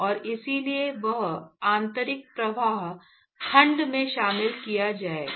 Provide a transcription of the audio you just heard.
और इसलिए वह आंतरिक प्रवाह खंड में शामिल किया जाएगा